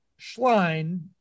Schlein